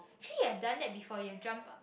actually you have done that before you have jumped